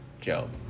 Job